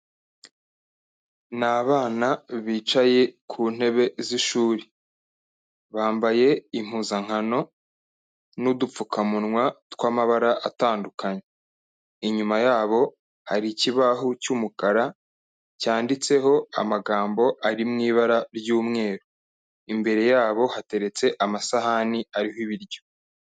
Ni abana bicaye ku ntebe z'ishuri, bambaye impuzankano n'udupfukamunwa tw'amabara atandukanye. Inyuma yabo hari ikibaho cy'umukara cyanditseho amagambo ari mu ibara ry'umweru. Imbere yabo hateretse amasahani ariho ibiryo.